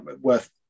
worth